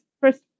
first